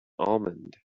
almond